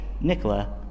Nicola